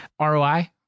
ROI